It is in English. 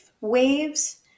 Waves